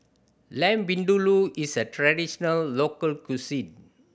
Lamb Vindaloo is a traditional local cuisine